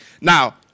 now